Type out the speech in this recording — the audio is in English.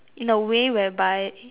in a way whereby